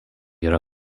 yra